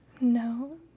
No